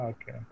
Okay